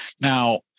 Now